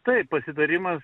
taip pasitarimas